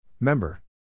Member